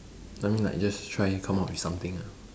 I mean like just try come up with something ah